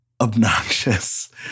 obnoxious